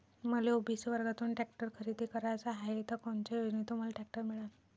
मले ओ.बी.सी वर्गातून टॅक्टर खरेदी कराचा हाये त कोनच्या योजनेतून मले टॅक्टर मिळन?